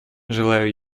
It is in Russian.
желаю